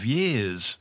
years